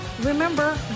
remember